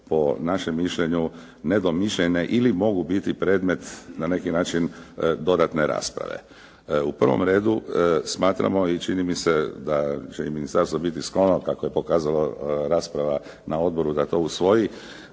po našem mišljenju nedomišljene ili mogu biti predmet na neki način dodatne rasprave. U prvom redu smatramo i čini mi se da će i ministarstvo biti sklono kako je pokazala rasprava na odboru, dakle usvoji